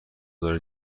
داری